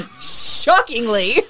Shockingly